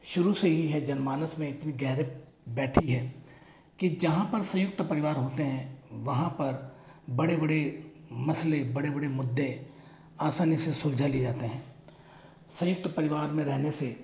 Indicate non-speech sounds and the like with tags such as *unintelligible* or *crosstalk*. शुरू से ही है जन मानस में इतनी *unintelligible* बैठी हैं कि जहाँ पर संयुक्त परिवार होते हैं वहाँ पर बड़े बड़े मसले बड़े बड़े मुद्दे आसानी से सुलझा लिया जाते हैं संयुक्त परिवार में रहने से